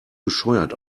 bescheuert